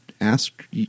ask